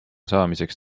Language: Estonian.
saamiseks